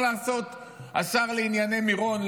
השר לענייני מירון,